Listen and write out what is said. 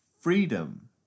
freedom